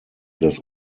das